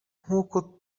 nkuko